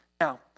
Now